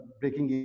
breaking